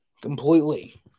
completely